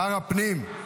שר הפנים,